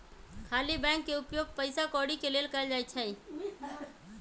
खाली बैंक के उपयोग पइसा कौरि के लेल कएल जाइ छइ